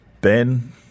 ben